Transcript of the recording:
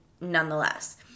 nonetheless